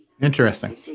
Interesting